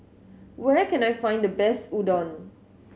where can I find the best Udon